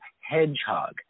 hedgehog